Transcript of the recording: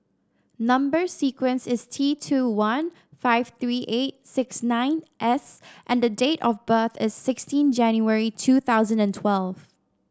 number sequence is T two one five three eight six nine S and the date of birth is sixteen January two thousand and twelve